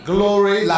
Glory